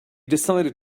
decided